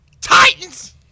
titans